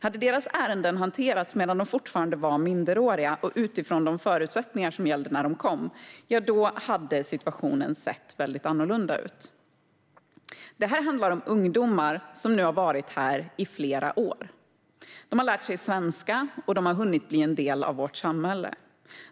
Hade deras ärenden hanterats medan de fortfarande var minderåriga och utifrån de förutsättningar som gällde när de kom hade situationen sett annorlunda ut. Detta handlar om ungdomar som nu har varit här i flera år. De har lärt sig svenska och hunnit bli en del av vårt samhälle.